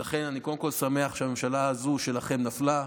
ולכן, אני קודם כול שמח שהממשלה הזאת שלכם נפלה.